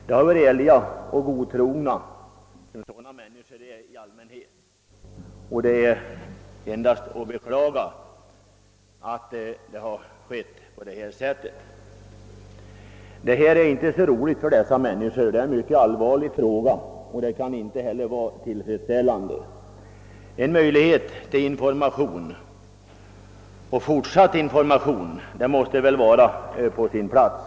De har varit ärliga och godtrogna, som sådana människor i allmänhet är, och det är endast att beklaga att det går till på det här sättet. Detta är en mycket allvarlig fråga för dessa människor, och den är inte löst på ett tillfredsställande sätt. Fortsatt information måste, efter vad jag kan förstå, vara på sin plats.